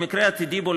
במקרה עתידי שבו,